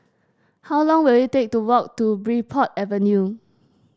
how long will it take to walk to Bridport Avenue